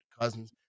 Cousins